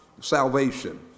salvation